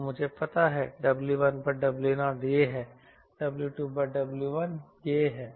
तो मुझे पता है W1W0 यह है W2W1 यह है